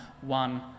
one